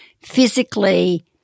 physically